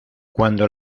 cuando